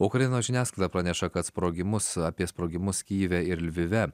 ukrainos žiniasklaida praneša kad sprogimus apie sprogimus kyjive ir lvive